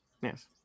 Yes